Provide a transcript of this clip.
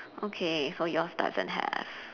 okay so yours doesn't have